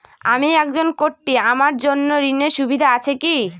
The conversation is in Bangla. আমি একজন কট্টি আমার জন্য ঋণের সুবিধা আছে কি?